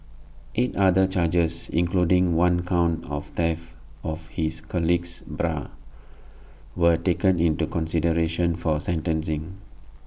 eight other charges including one count of theft of his colleague's bra were taken into consideration for sentencing